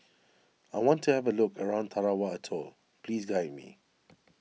I want to have a look around Tarawa Atoll please guide me